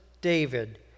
David